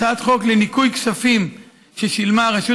הצעת חוק לניכוי כספים ששילמה הרשות